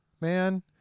man